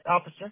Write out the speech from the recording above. officer